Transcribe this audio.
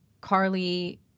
Carly